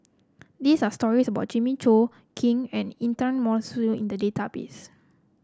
these are stories about Jimmy Chok Kin and Intan Mokhtar in the database